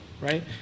right